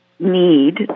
need